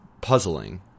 puzzling